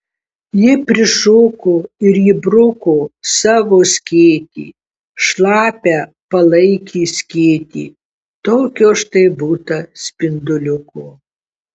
ji prišoko ir įbruko savo skėtį šlapią palaikį skėtį tokio štai būta spinduliuko